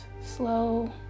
slow